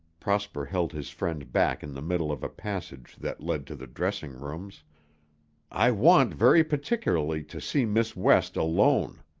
prosper held his friend back in the middle of a passage that led to the dressing-rooms i want very particularly to see miss west alone.